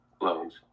loans